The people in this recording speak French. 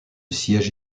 siège